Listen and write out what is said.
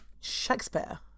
Shakespeare